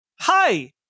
Hi